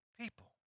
people